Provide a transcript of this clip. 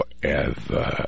forever